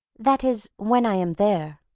that is, when i am there.